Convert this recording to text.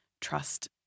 trust